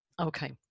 Okay